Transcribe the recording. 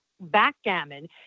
Backgammon